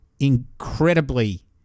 incredibly